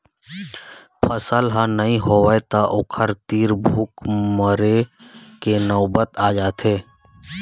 फसल ह नइ होवय त ओखर तीर भूख मरे के नउबत आ जाथे